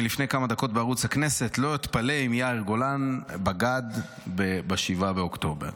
מלפני כמה דקות בערוץ הכנסת: לא אתפלא אם יאיר גולן בגד ב-7 באוקטובר.